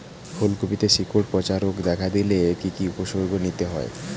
ফুলকপিতে শিকড় পচা রোগ দেখা দিলে কি কি উপসর্গ নিতে হয়?